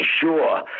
sure